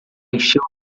encheu